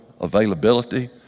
availability